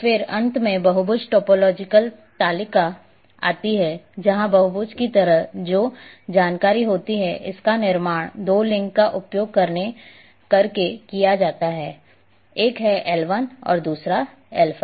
और फिर अंत में बहुभुज टोपोलॉजी तालिका आती है जहां बहुभुज की तरह जो जानकारी होती है इसका निर्माण दो लिंक का उपयोग करके किया जाता है एक है L1 और L5